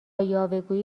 یاوهگویی